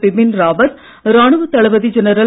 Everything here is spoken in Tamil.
பிபின் ராவத் ராணுவ தளபதி ஜெனரல்